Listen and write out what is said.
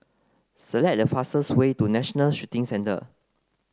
select the fastest way to National Shooting Centre